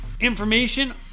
information